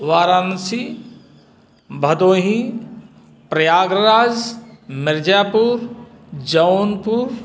Varanasi Bhadohi Prayagraj Mirzapur Jaunpur